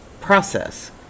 process